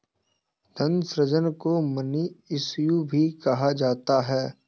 धन सृजन को मनी इश्यू भी कहा जाता है